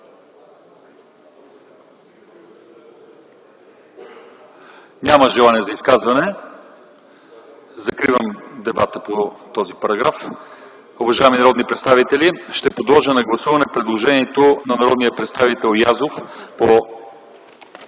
Няма желаещи. Закривам дебата по този параграф. Уважаеми народни представители, ще подложа на гласуване предложението на народния представител Язов по